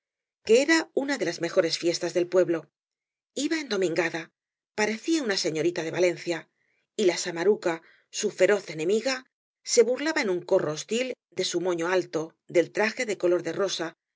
que era una de las mejores fiestas del pueblo iba eadomingada parecía uaa señorita de valencia y la samaruea ea feroz enemiga se burlaba en un corro hosül de su moño alto del traje de color de rosa